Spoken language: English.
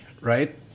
right